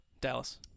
Dallas